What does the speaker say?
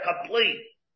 complete